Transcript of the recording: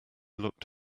looked